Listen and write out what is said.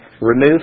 Remove